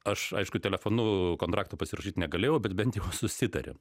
aš aišku telefonu kontrakto pasirašyt negalėjau bet bent jau susitarėm